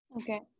Okay